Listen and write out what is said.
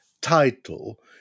title